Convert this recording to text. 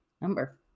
number